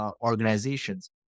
organizations